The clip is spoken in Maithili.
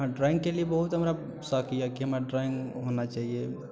हँ ड्रॉइंगके लिये बहुत हमरा शौक यए कि हमर ड्रॉइंग होना चाहिये